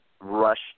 rushed